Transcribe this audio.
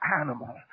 animal